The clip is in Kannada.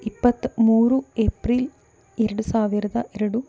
ಇಪ್ಪತ್ತ ಮೂರು ಏಪ್ರಿಲ್ ಎರಡು ಸಾವಿರದ ಎರಡು